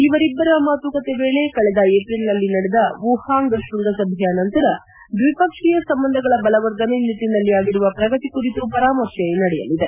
ಇವರಿಬ್ಬರ ಮಾತುಕತೆ ವೇಳೆ ಕಳೆದ ಏಪ್ರಿಲ್ನಲ್ಲಿ ನಡೆದ ವುಹಾಂಗ್ ಶ್ವಂಗಸಭೆಯ ನಂತರ ದ್ವಿಪಕ್ಷೀಯ ಸಂಬಂಧಗಳ ಬಲವರ್ಧನೆ ನಿಟ್ಟಿನಲ್ಲಿ ಆಗಿರುವ ಪ್ರಗತಿ ಕುರಿತು ಪರಾಮರ್ತೆ ನಡೆಯಲಿದೆ